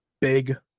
big